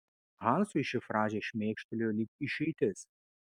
hansui ši frazė šmėkštelėjo lyg išeitis